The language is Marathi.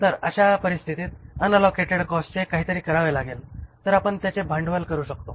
तर अशा परिस्थितीत अनअलोकेटेड कॉस्टचे काहीतरी करावे लागेल तर आपण त्यांचे भांडवल करू शकतो